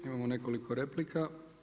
Imamo nekoliko replika.